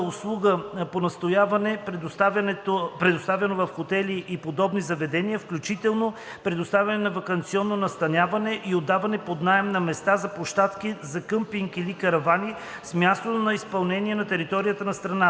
по настаняване, предоставяно в хотели и подобни заведения, включително предоставянето на ваканционно настаняване и отдаване под наем на места за площадки за къмпинг или каравани, с място на изпълнение на територията на страната.“